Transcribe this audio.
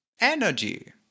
energy